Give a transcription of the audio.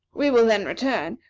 we will then return,